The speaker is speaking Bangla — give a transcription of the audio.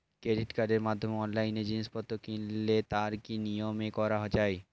ক্রেডিট কার্ডের মাধ্যমে অনলাইনে জিনিসপত্র কিনলে তার কি নিয়মে করা যায়?